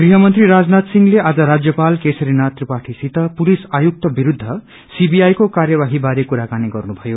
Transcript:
गृह मंत्री राजनाथ सिंहले आज राज्यपाल केसरीनाथ त्रिपाठीसित पुलिस आयुक्त विरूद्ध सीबीआई को कार्यवाही बारे कुराकानी गर्नु भयो